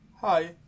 Hi